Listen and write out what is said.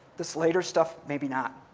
this later stuff, maybe not.